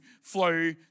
flow